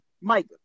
Mike